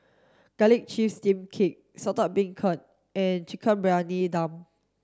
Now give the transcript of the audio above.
garlic chives steamed cake Saltish Beancurd and chicken Briyani Dum